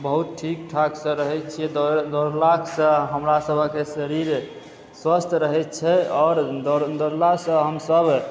बहुत ठीक ठाक सॅं रहैत छियै दौड़ला सॅं हमरा सबहक शरीर स्वस्थ रहैत छै आओर दौड़ला सॅं हमसब